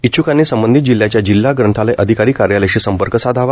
इच्छ्कांनी संबंधित जिल्ह्याच्या जिल्हा ग्रंथालय अधिकारी कार्यालयाशी संपर्क साधावा